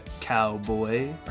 Cowboy